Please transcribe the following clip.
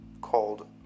called